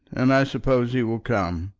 and i suppose he will come.